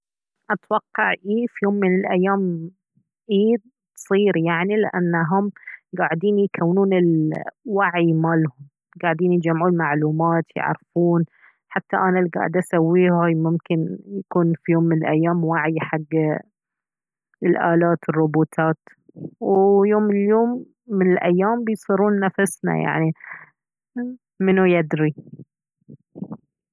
اتوقع ايه في يوم من الايام ايه تصير يعني لانه هم قاعدين يكونون الوعي مالهم قاعدين يجمعون معلومات يعرفون حتى انا الي قاعدة اسويه هاي يمكن يكون في يوم من الايام وعي حق الالات الروبوتات ويوم من اليوم من الايام بيصيرون نفسنا يعني منو يدري